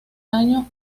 año